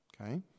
Okay